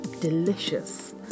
delicious